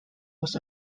was